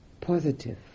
positive